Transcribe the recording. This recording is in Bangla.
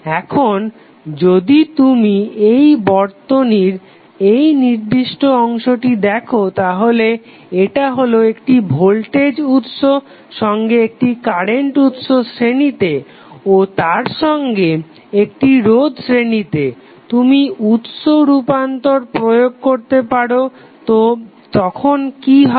এখন যদি তুমি এই বর্তনীর এই নির্দিষ্ট অংশটি দেখো তাহলে এটা হলো একটি ভোল্টেজ উৎস সঙ্গে একটি কারেন্ট উৎস শ্রেণিতে ও তার সঙ্গে একটি রোধ শ্রেণিতে তুমি উৎস রূপান্তর প্রয়োগ করতে পারো তো তখন কি হবে